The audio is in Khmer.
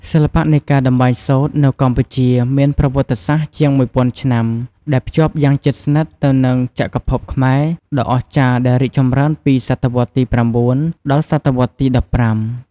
សិល្បៈនៃការតម្បាញសូត្រនៅកម្ពុជាមានប្រវត្តិសាស្ត្រជាងមួយពាន់ឆ្នាំ ដែលភ្ជាប់យ៉ាងជិតស្និទ្ធទៅនឹង ចក្រភពខ្មែរ ដ៏អស្ចារ្យដែលរីកចម្រើនពីសតវត្សរ៍ទី៩ ដល់សតវត្សរ៍ទី១៥។